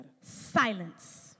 Silence